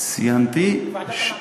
ועדת המעקב.